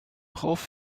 hoff